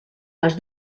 les